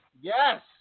Yes